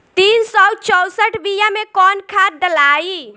तीन सउ चउसठ बिया मे कौन खाद दलाई?